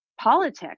Politics